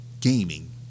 gaming